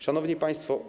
Szanowni Państwo!